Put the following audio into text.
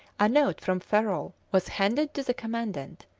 a note from ferrol was handed to the commandant,